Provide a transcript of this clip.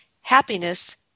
happiness